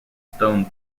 stone